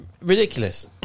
ridiculous